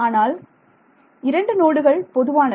ஆனால் இரண்டு நோடுகள் பொதுவானவை